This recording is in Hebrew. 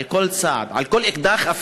ואפילו על כל אקדח,